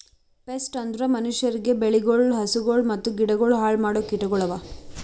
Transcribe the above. pest ಅಂದುರ್ ಮನುಷ್ಯರಿಗ್, ಬೆಳಿಗೊಳ್, ಹಸುಗೊಳ್ ಮತ್ತ ಗಿಡಗೊಳ್ ಹಾಳ್ ಮಾಡೋ ಕೀಟಗೊಳ್ ಅವಾ